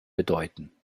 bedeuten